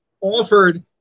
offered